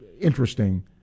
interesting